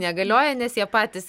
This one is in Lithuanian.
negalioja nes jie patys